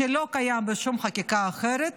שלא קיים בשום חקיקה אחרת: